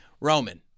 Roman